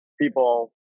people